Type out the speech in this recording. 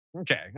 Okay